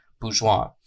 bourgeois